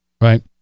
right